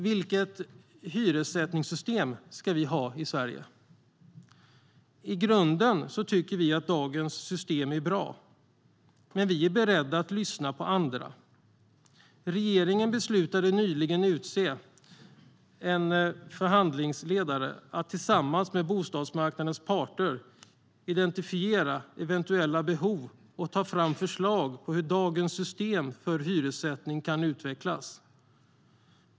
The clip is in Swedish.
Vilket hyressättningssystem ska vi ha i Sverige? I grunden tycker vi att dagens system är bra, men vi är beredda att lyssna på andra. Regeringen beslutade nyligen att utse en förhandlingsledare att tillsammans med bostadsmarknadens parter identifiera eventuella behov och ta fram förslag på hur dagens system för hyressättning kan utvecklas.